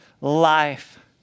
life